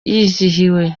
yizihiwe